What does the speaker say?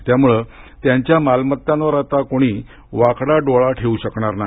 त्यामुळे त्यांच्या मालमत्तांवर आता कोणी वाकडा डोळा ठेऊ शकणार नाही